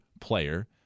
player